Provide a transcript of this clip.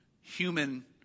human